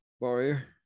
barrier